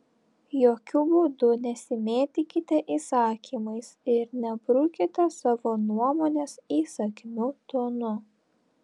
jokiu būdu nesimėtykite įsakymais ir nebrukite savo nuomonės įsakmiu tonu